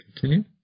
continue